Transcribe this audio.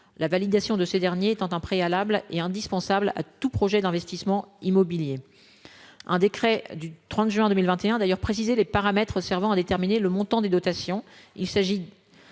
la validation de ces derniers étant un préalable et indispensable à tout projet d'investissement immobilier, un décret du 30 juin 2021 d'ailleurs précisé les paramètres servant à déterminer le montant des dotations,